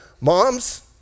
Moms